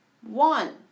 One